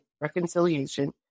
reconciliation